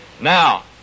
Now